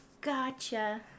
Gotcha